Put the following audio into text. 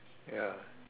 ya